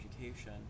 education